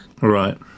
Right